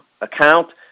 account